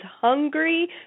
hungry